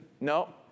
no